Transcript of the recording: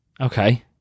Okay